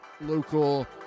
local